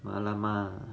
完了吗